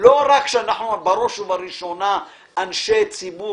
לא רק שאנחנו בראש ובראשונה אנשי ציבור